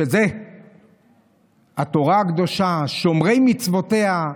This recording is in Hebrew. שזו התורה הקדושה לשומרי מצוותיה.